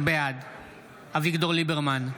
בעד אביגדור ליברמן,